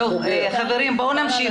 חברים, בואו נמשיך.